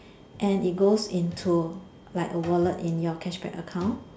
and it goes into like a wallet into your cashback account